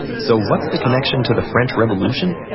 so what's the connection to the french revolution?